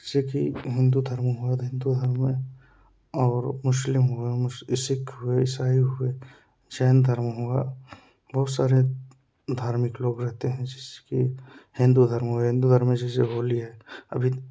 जैसे कि हिंदू धर्म हुआ हिंदू धर्म में और मुस्लिम हुआ सिख हुए ईसाई हुए जैन धर्म हुआ बहुत सारे धार्मिक लोग रहते हैं जैसे कि हिंदू धर्म हुए हिंदू धर्म में जैसे होली है अभी